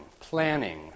planning